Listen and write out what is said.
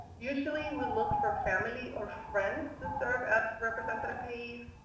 usually we look for family or friends to serve as representative payees.